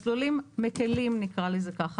מסלולים מקלים נקרא לזה כך,